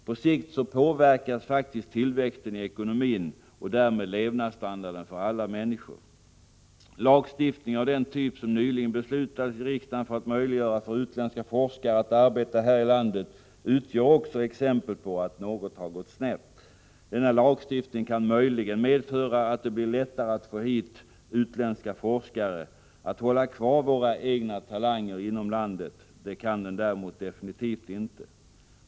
På sikt påverkas faktiskt tillväxten i ekonomin och därmed levnadsstandarden för alla människor. Lagstiftning av den typ som nyligen beslutats i riksdagen för att möjliggöra för utländska forskare att arbeta här i landet utgör också exempel på att något gått snett. Denna lagstiftning kan möjligen medföra att det blir lättare att få hit utländska forskare. Att hålla kvar våra egna talanger inom landet kan den däremot absolut inte.